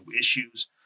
issues